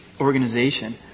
organization